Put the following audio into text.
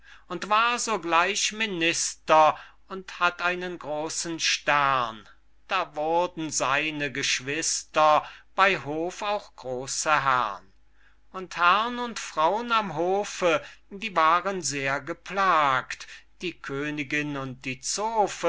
und war sogleich minister und hatt einen großen stern da wurden seine geschwister bey hof auch große herrn und herrn und frau'n am hofe die waren sehr geplagt die königinn und die